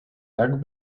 tak